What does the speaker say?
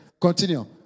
continue